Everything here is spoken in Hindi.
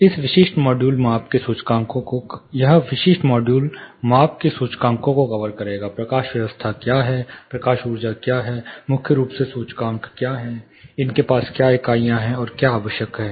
यह विशिष्ट मॉड्यूल माप के सूचकांकों को कवर करेगा प्रकाश व्यवस्था क्या है प्रकाश ऊर्जा क्या है मुख्य रूप से सूचकांक क्या हैं उनके पास क्या इकाइयां हैं और क्या आवश्यक है